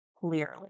clearly